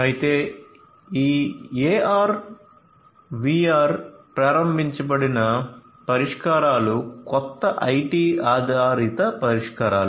అయితే ఈ AR VR ప్రారంభించబడిన పరిష్కారాలు కొత్త ఐటి ఆధారిత పరిష్కారాలు